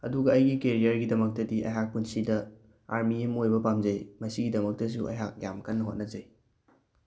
ꯑꯗꯨꯒ ꯑꯩꯒꯤ ꯀꯦꯔꯤꯌꯔꯒꯤꯗꯃꯛꯇꯗꯤ ꯑꯩꯍꯥꯛ ꯄꯨꯟꯁꯤꯗ ꯑꯥꯔꯃꯤ ꯑꯃ ꯑꯣꯏꯕ ꯄꯥꯝꯖꯩ ꯃꯁꯤꯒꯤꯗꯃꯛꯇꯁꯨ ꯑꯩꯍꯥꯛ ꯌꯥꯝ ꯀꯟꯅ ꯍꯣꯠꯅꯖꯩ